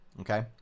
okay